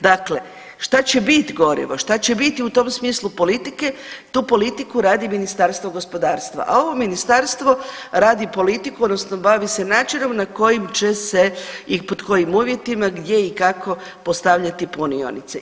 Dakle, šta će bit gorivo, šta će biti u tom smislu politike tu politiku radi Ministarstvo gospodarstva, a ovo ministarstvo radi politiku odnosno bavi se načinom na kojim će se i pod kojim uvjetima gdje i kako postavljati punionice.